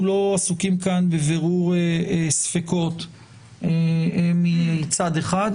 אנחנו לא עסוקים כאן בבירור ספקות מצד אחד,